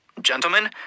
Gentlemen